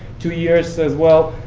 two years, as well.